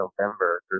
November